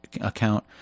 account